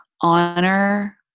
honor